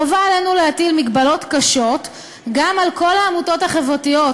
חובה עלינו להטיל מגבלות קשות גם על כל העמותות החברתיות,